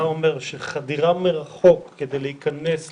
אתה אומר שחדירה מרחוק כדי להיכנס לתוכן,